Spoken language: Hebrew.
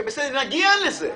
נגיע לזה.